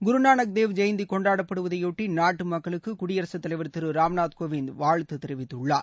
குருநானக் தேவ் ஜெயந்தி கொண்டாடப்படுவதை ஒட்டி நாட்டு மக்களுக்கு குடியரசுத் தலைவர் திரு ராம்நாத் கோவிந்த் வாழ்த்து தெரிவித்துள்ளார்